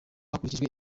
hakurikijwe